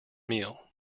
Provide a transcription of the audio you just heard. meal